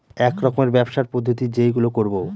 এক রকমের ব্যবসার পদ্ধতি যেইগুলো করবো